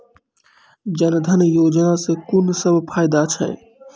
जनधन योजना सॅ कून सब फायदा छै?